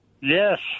Yes